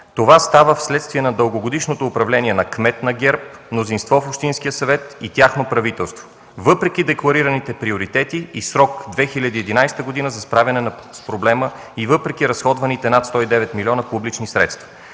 Това става вследствие на дългогодишното управление на кмет на ГЕРБ, мнозинство в Общинския съвет и тяхно правителство, въпреки декларираните приоритети и срок 2011 г. за справяне с проблема и въпреки изразходваните над 109 млн. лв. публични средства.